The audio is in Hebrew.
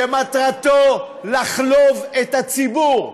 שמטרתו לחלוב את הציבור.